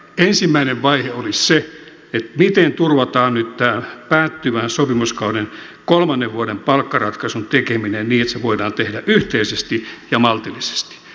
ensimmäinen vaihe olisi se miten turvataan nyt tämän päättyvän sopimuskauden kolmannen vuoden palkkaratkaisun tekeminen niin että se voidaan tehdä yhteisesti ja maltillisesti